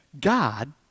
God